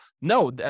no